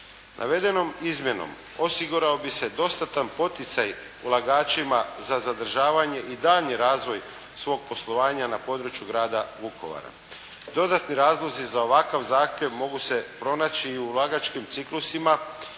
Navedenom izmjenom osigurao bi se dostatan poticaj ulagačima za zadržavanje i daljnji razvoj svog poslovanja na području Grada Vukovara. Dodatni razlozi za ovakav zahtjev mogu se pronaći i u ulagačkim ciklusima,